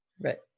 Right